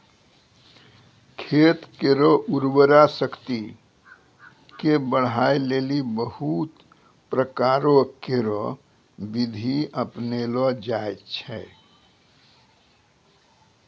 खेत केरो उर्वरा शक्ति क बढ़ाय लेलि बहुत प्रकारो केरो बिधि अपनैलो जाय छै